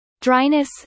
Dryness